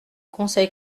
conseil